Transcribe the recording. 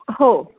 हो